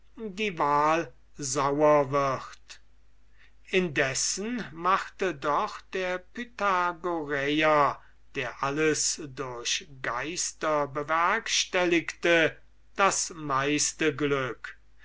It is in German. die wahl sauer wird indessen machte doch der pythagoräer der alles durch geister bewerkstelligte das meiste